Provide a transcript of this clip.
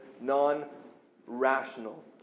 non-rational